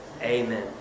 amen